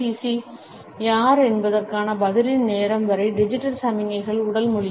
C யார் என்பதற்கான பதிலின் நேரம் வரை டிஜிட்டல் சமிக்ஞைகள் உடல் மொழியே